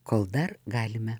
kol dar galime